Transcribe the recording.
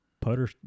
putter